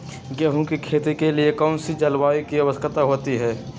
गेंहू की खेती के लिए कौन सी जलवायु की आवश्यकता होती है?